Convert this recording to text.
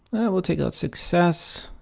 we'll take out success,